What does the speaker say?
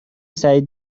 سعید